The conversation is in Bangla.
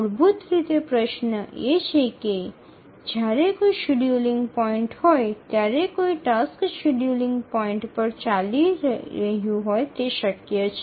মূলত প্রশ্নটি হল যে কোনও সময় নির্ধারণের পয়েন্ট থাকা অবস্থায় কোনও কাজ একটি শিডিয়ুলিং পয়েন্টে চলছে তা কি সম্ভব